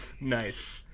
nice